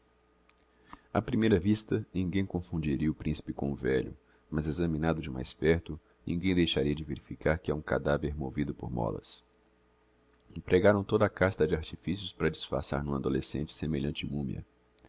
á primeira vista ninguem confundiria o principe com um velho mas examinado de mais perto ninguem deixaria de verificar que é um cadaver movido por mólas empregaram toda a casta de artificios para disfarçar n'um adolescente semelhante mumia